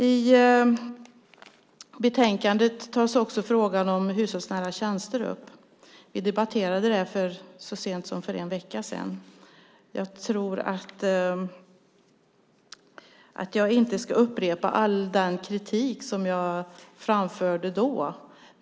I betänkandet tas också frågan om hushållsnära tjänster upp. Vi debatterade den så sent som för en vecka sedan. Jag ska inte upprepa all den kritik som jag framförde då.